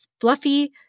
fluffy